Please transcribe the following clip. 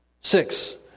Six